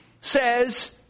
says